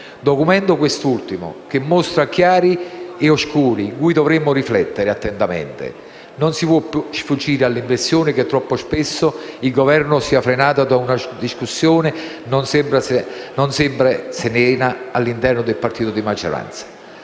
documento, quest'ultimo, che mostra chiaro scuri su cui dovremmo riflettere attentamente. Non si può sfuggire all'impressione che troppo spesso il Governo sia frenato da una discussione non sempre serena all'interno del partito di maggioranza,